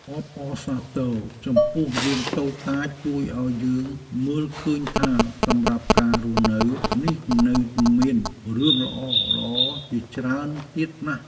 អបអរសាទរចំពោះរឿងតូចតាចជួយឱ្យយើងមើលឃើញថាសម្រាប់ការរស់នៅនេះនៅមានរឿងល្អៗជាច្រើនទៀតណាស់។